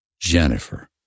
Jennifer